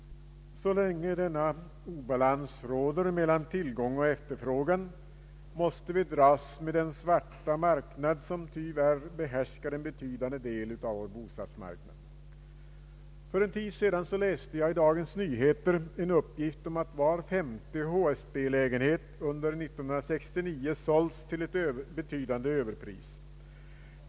Så länge denna obalans råder mellan tillgång och efterfrågan måste vi dras med den svarta marknad som tyvärr behärskar en betydande del av vår bostadsmarknad. För en tid sedan läste jag i Dagens Nyheter en uppgift om att var femte HSB-lägenhet under år 1969 sålts till ett betydande överpris.